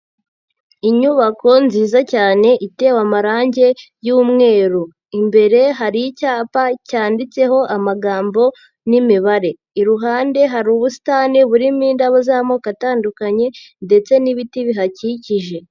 Inyubako nziza cyane itewe amarange y'umweru, imbere hari icyapa cyanditseho amagambo n'imibare, iruhande hari ubusitani burimo indabo z'amoko atandukanye ndetse n'ibiti bihakikije.